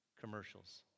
commercials